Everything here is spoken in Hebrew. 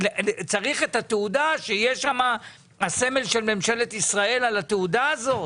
צריך את התעודה שיהיה שם הסמל של ממשלת ישראל על התעודה הזאת?